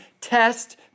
test